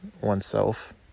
oneself